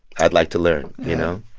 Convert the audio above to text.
i'd like to learn, you know?